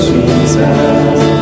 Jesus